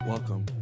Welcome